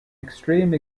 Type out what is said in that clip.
extreme